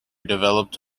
developed